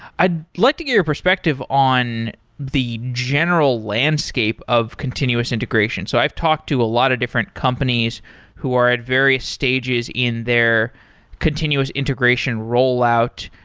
i'd like your your perspective on the general landscape of continuous integration. so i've talked to a lot of different companies who are at various stages in their continuous integration rollout,